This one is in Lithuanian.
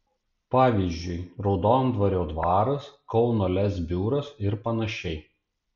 pavyzdžiui raudondvario dvaras kauno lez biuras ir panašiai